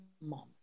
Mom